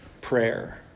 prayer